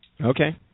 Okay